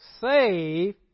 save